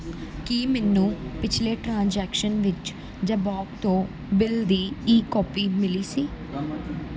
ਕੀ ਮੈਨੂੰ ਪਿਛਲੇ ਟ੍ਰਾਂਜੈਕਸ਼ਨ ਵਿੱਚ ਜਬੋਗ ਤੋਂ ਬਿੱਲ ਦੀ ਈ ਕੋਪੀ ਮਿਲੀ ਸੀ